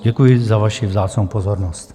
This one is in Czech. Děkuji za vaši vzácnou pozornost.